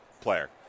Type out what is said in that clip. player